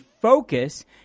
focus